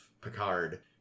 Picard